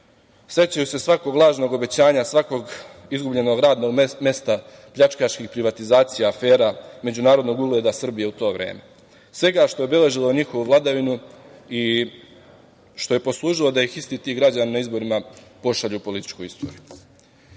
sećaju se svakog lažnog obećanja, svakog izgubljenog radnog mesta, pljačkaških privatizacija, afera međunarodnog ugleda Srbije u to vreme. Svega što je obeležilo njihovu vladavinu i što je poslužilo da ih isti ti građani na izborima pošalju u političku istoriju. Nisam